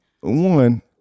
One